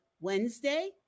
Wednesday